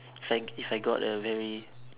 if I if I got a very